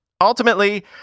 Ultimately